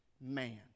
man